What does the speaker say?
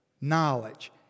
knowledge